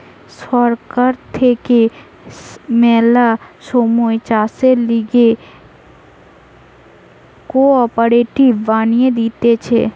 সরকার থাকে ম্যালা সময় চাষের লিগে কোঅপারেটিভ বানিয়ে দিতেছে